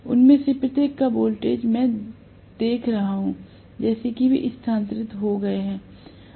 उनमें से प्रत्येक का वोल्टेज मैं दिखा रहा हूं जैसे कि वे स्थानांतरित हो गए हैं